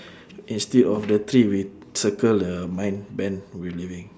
instead of the tree we circle the mine ben we're leaving